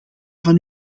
van